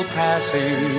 passing